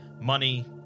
money